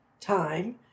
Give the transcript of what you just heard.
time